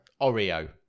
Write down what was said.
Oreo